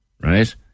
right